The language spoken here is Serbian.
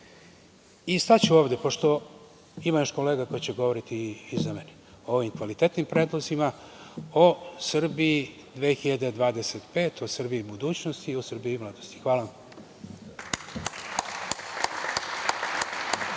Srbije. Staću ovde pošto ima još kolega koji će govoriti iza mene o ovim kvalitetnim predlozima, o Srbiji 2025, o Srbiji budućnosti i o Srbiji mladosti. Hvala.